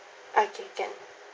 okay can